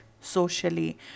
socially